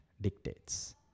dictates